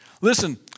Listen